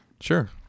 Sure